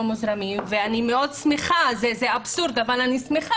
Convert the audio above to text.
מוזרמים ואני מאוד שמחה זה אבסורד אבל אני שמחה